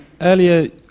Earlier